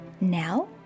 Now